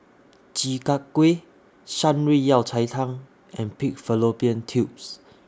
Chi Kak Kuih Shan Rui Yao Cai Tang and Pig Fallopian Tubes